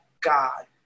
God